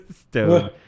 stone